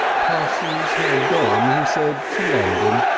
parsons had gone, he said, to london,